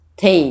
thì